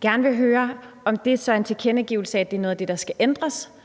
gerne vil høre, om det så er en tilkendegivelse af, at det er noget af det, der skal ændres,